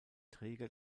träger